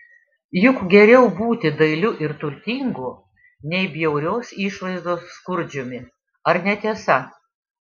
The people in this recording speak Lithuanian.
juk geriau būti dailiu ir turtingu nei bjaurios išvaizdos skurdžiumi ar ne tiesa